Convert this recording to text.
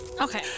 Okay